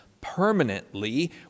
permanently